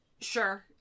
Sure